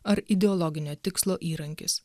ar ideologinio tikslo įrankis